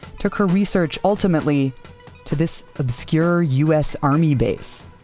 took her research ultimately to this obscure u s. army base,